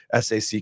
SAC